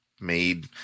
made